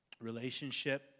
relationship